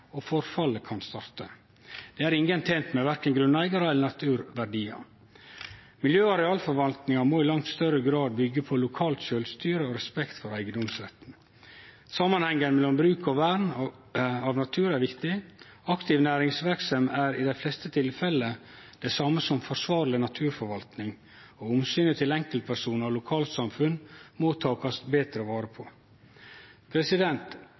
og forfallet kan starte. Det er ingen tent med, verken grunneigarar eller naturverdiar. Miljø- og arealforvaltninga må i langt større grad byggje på lokalt sjølvstyre og respekt for eigedomsretten. Samanhengen mellom bruk og vern av natur er viktig. Aktiv næringsverksemd er i dei fleste tilfelle det same som forsvarleg naturforvaltning, og omsynet til enkeltpersonar og lokalsamfunn må takast betre vare på.